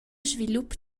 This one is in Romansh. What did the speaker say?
svilup